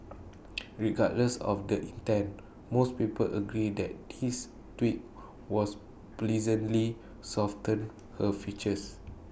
regardless of the intent most people agree that this tweak was pleasantly softened her features